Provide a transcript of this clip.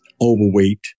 overweight